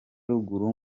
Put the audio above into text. ruguru